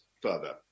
further